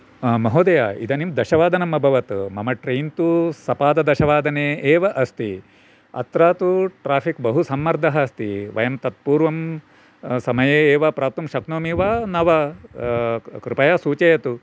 महोदय इदानीं दशवादनमभवत् मम ट्रैन् तु सपाददशवादने एव अस्ति अत्र तु ट्राफिक् बहु सम्मर्दः अस्ति वयं तत्पूर्वं समये एव प्राप्तुं शक्नोमि वा न वा कृपया सूचयतु